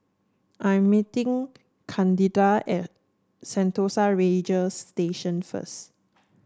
I am meeting Candida at Sentosa Ranger Station first